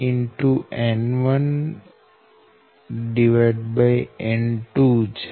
N1N2 છે